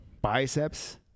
biceps